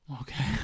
Okay